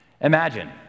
Imagine